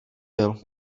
byl